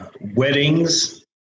Weddings